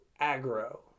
aggro